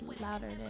louder